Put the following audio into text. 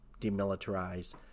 demilitarize